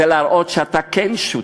זה להראות שאתה כן שותף,